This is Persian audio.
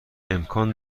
امکان